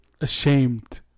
ashamed